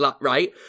right